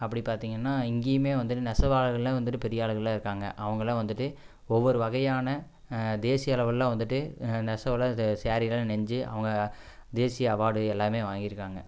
அப்படி பார்த்தீங்கன்னா இங்கேயுமே வந்துட்டு நெசவாளர்கள்லாம் வந்துட்டு பெரிய ஆளுகளா இருக்காங்க அவங்கள்லாம் வந்துட்டு ஒவ்வொரு வகையான தேசிய அளவுளலாம் வந்துட்டு நெசவுலாம் ஸே ஸேரி எல்லாம் நெஞ்சு அவங்க தேசிய அவார்டு எல்லாமே வாங்கிருக்காங்கள்